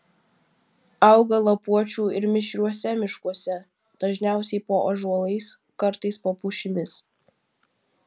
auga lapuočių ir mišriuose miškuose dažniausiai po ąžuolais kartais po pušimis